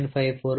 03 3